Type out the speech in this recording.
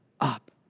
up